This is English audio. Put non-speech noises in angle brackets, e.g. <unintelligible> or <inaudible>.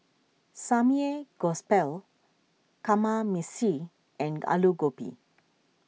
<unintelligible> Kamameshi and Alu Gobi